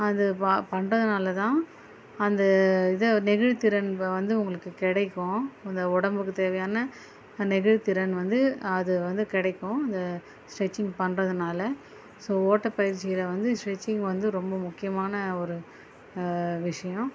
அது ப பண்ணுறதுன்னால தான் அந்த இதை நெகிழ்வு திறன் வ வந்து உங்களுக்கு கிடைக்கும் அந்த உடம்புக்கு தேவையான நெகிழ்வு திறன் வந்து அது வந்து கிடைக்கும் அந்த ஸ்ட்ரெட்சிங் பண்ணுறதுனால ஸோ ஓட்டப்பயிற்சியில வந்து ஸ்ட்ரெட்சிங் வந்து ரொம்ப முக்கியமான ஒரு விஷயம்